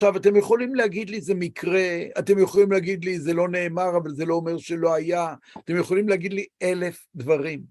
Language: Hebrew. טוב, אתם יכולים להגיד לי זה מקרה, אתם יכולים להגיד לי זה לא נאמר, אבל זה לא אומר שלא היה, אתם יכולים להגיד לי אלף דברים.